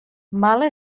mala